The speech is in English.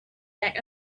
back